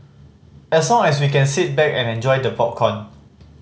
as long as we can sit back and enjoy the popcorn